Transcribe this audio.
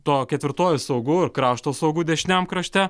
tuo ketvirtuoju saugu ir krašto saugu dešiniajam krašte